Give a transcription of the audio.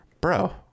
Bro